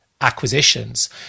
acquisitions